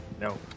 No